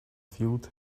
field